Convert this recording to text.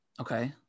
Okay